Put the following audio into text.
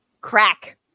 crack